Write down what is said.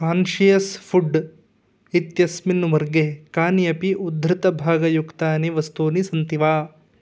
conscious food इत्यस्मिन् वर्गे कानि अपि उद्धृतभागयुक्तानि वस्तूनि स न्ति वा